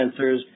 sensors